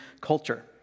culture